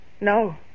No